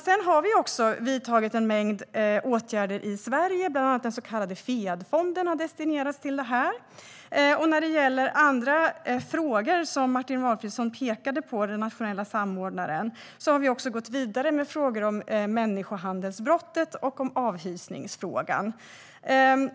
Sedan har vi också vidtagit en mängd åtgärder i Sverige. Bland annat har den så kallade Fead-fonden destinerats för detta. När det gäller andra frågor som den nationella samordnaren Martin Valfridsson pekade på har vi också gått vidare med frågor om människohandelsbrottet och med avhysningsfrågan.